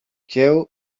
kieł